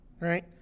right